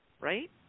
right